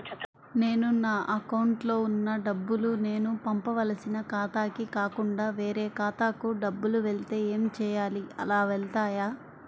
నేను నా అకౌంట్లో వున్న డబ్బులు నేను పంపవలసిన ఖాతాకి కాకుండా వేరే ఖాతాకు డబ్బులు వెళ్తే ఏంచేయాలి? అలా వెళ్తాయా?